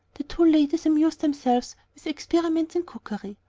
the two ladies amused themselves with experiments in cookery.